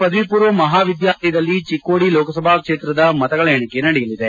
ಪದವಿ ಪೂರ್ವ ಮಹಾವಿದ್ಯಾಲಯದಲ್ಲಿ ಚೆಕ್ಕೋಡಿ ಲೋಕಸಭಾ ಕ್ಷೇತ್ರದ ಮತಗಳ ಎಣಿಕೆ ನಡೆಯಲಿದೆ